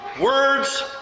Words